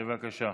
בבקשה.